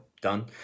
done